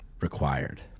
required